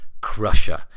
Crusher